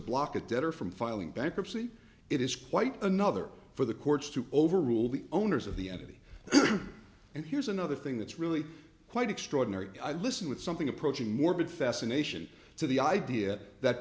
block a debtor from filing bankruptcy it is quite another for the courts to overrule the owners of the entity and here's another thing that's really quite extraordinary i listen with something approaching morbid fascination to the idea that